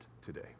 today